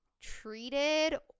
treated